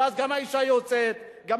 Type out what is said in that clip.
ואז גם האשה יוצאת לעבודה,